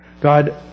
God